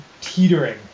teetering